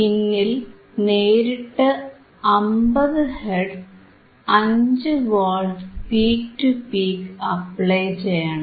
Vin ൽ നേരിട്ട് 50 hertz 5 volt peak to peak apply ചെയ്യണം